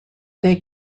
they